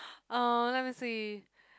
uh let me see